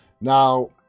Now